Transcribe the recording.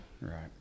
Right